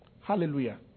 Hallelujah